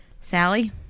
Sally